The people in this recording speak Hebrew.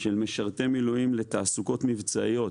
של משרתי מילואים לתעסוקות מבצעיות